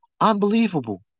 Unbelievable